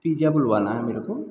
बुलवाना है मेरेको